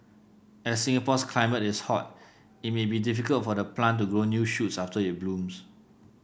as Singapore's climate is hot it may be difficult for the plant to grow new shoots after it blooms